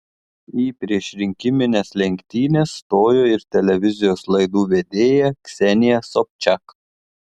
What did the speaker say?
į priešrinkimines lenktynes stojo ir televizijos laidų vedėja ksenija sobčiak